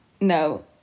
no